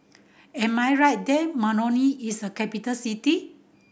am I right that Moroni is a capital city